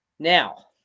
Now